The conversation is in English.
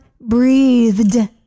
breathed